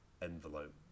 envelope